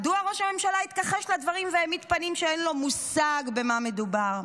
מדוע ראש הממשלה התכחש לדברים והעמיד פנים שאין לו מושג במה מדובר?